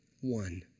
One